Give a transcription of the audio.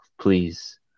please